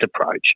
approach